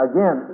Again